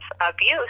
abuse